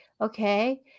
Okay